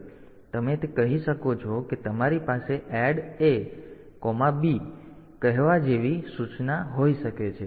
તેથી તમે તે કહી શકો છો કે તમારી પાસે ADD A B કહેવા જેવી સૂચના હોઈ શકે છે